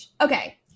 Okay